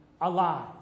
alive